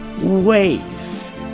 ways